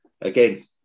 again